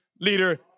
Leader